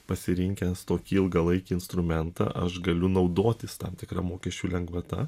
pasirinkęs tokį ilgalaikį instrumentą aš galiu naudotis tam tikra mokesčių lengvata